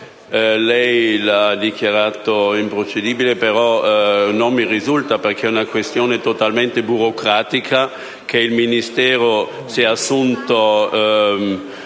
lei lo ha dichiarato improcedibile, però non mi risulta, perché è una questione totalmente burocratica che il Ministero si è assunto